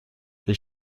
les